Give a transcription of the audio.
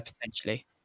potentially